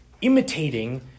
imitating